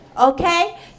okay